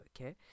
okay